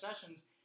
Sessions